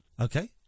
Okay